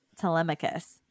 Telemachus